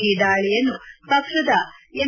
ಈ ದಾಳಿಯನ್ನು ಪಕ್ಷದ ಎಂ